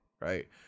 Right